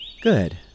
Good